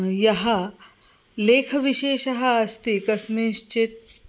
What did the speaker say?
यः लेखविशेषः अस्ति कस्मिंश्चित्